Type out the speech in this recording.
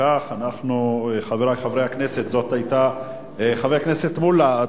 חבר הכנסת מולה,